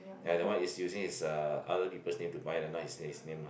ya that one is using his uh other people's name buy the not in his name lah